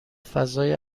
فضای